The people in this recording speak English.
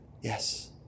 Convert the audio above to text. yes